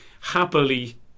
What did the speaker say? happily